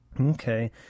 Okay